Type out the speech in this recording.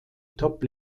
top